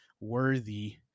worthy